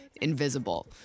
invisible